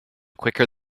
quicker